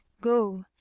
go